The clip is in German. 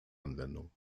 anwendung